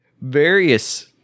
various